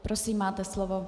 Prosím, máte slovo.